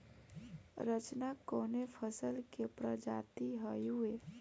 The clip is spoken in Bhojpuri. रचना कवने फसल के प्रजाति हयुए?